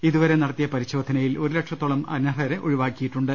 ഇതുവരെ നടത്തിയ പരിശോധനയിൽ ഒരു ലക്ഷത്തോളം അനർഹരെ ഒഴിവാക്കി യിട്ടുണ്ട്